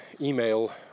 email